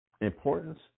importance